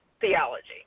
theology